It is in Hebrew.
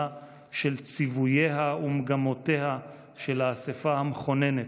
של ציווייה ומגמותיה של האספה המכוננת.